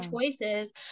choices